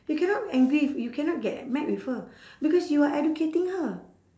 you cannot angry you cannot get mad with her because you are educating her